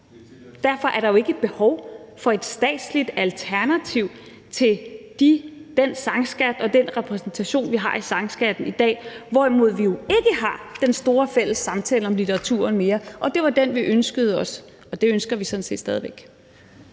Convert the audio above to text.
Derfor er der ikke behov for et statsligt alternativ til den sangskat og den repræsentation, vi har i sangskatten i dag, hvorimod vi jo ikke længere har den store fælles samtale om litteraturen. Det var den, vi ønskede os, og den ønsker vi os sådan set stadig væk.